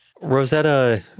Rosetta